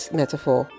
metaphor